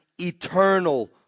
eternal